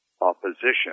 opposition